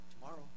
tomorrow